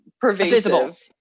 pervasive